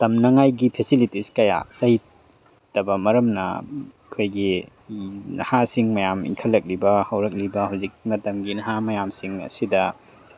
ꯇꯝꯅꯉꯥꯏꯒꯤ facilities ꯀꯌꯥ ꯂꯩꯇꯕ ꯃꯔꯝꯅ ꯑꯩꯈꯣꯏꯒꯤ ꯅꯍꯥꯁꯤꯡ ꯃꯌꯥꯝ ꯏꯟꯈꯠꯂꯛꯂꯤꯕ ꯍꯧꯔꯛꯂꯤꯕ ꯍꯧꯖꯤꯛ ꯃꯇꯝꯒꯤ ꯅꯍꯥ ꯃꯌꯥꯝꯁꯤꯡ ꯑꯁꯤꯗ